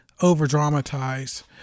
over-dramatize